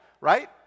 Right